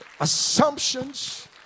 assumptions